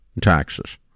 Taxes